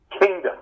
kingdom